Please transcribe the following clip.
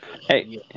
Hey